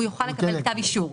הוא יוכל לקבל כתב אישור.